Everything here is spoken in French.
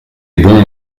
bons